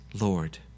Lord